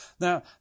now